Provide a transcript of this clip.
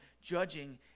judging